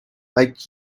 like